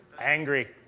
Angry